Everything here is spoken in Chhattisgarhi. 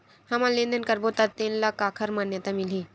हमन लेन देन करबो त तेन ल काखर मान्यता मिलही?